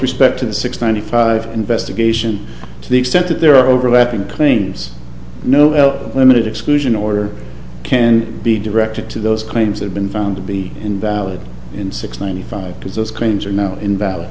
respect to the six twenty five investigation to the extent that there are overlapping claims noel limited exclusion order can be directed to those claims have been found to be invalid in six ninety five because those cranes are now invalid